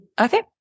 Okay